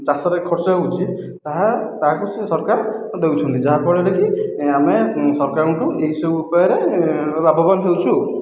ଚାଷରେ ଖର୍ଚ୍ଚ ହେଉଛି ତାହା ତାହାକୁ ସେ ସରକାର ଦେଉଛନ୍ତି ଯାହା ଫଳରେ କି ଆମେ ସରକାରଙ୍କ ଠାରୁ ଏହି ସବୁ ଉପାୟରେ ଲାଭବାନ ହେଉଛୁ